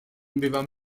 bywam